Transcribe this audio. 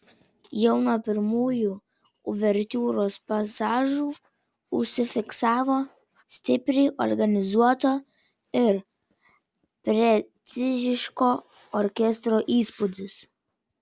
jau nuo pirmųjų uvertiūros pasažų užsifiksavo stipriai organizuoto ir preciziško orkestro įspūdis